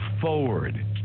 forward